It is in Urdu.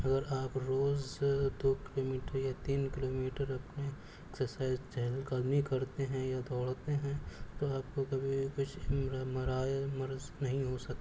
اگر آپ روز دو کیلو میٹر یا تین کیلو میٹر اپنے ایکسرسائز چہل قدمی کرتے ہیں یا دوڑتے ہیں تو آپ کو کبھی بھی کچھ مرائض مرض نہیں ہو سکتا